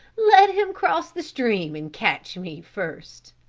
let him cross the stream and catch me first.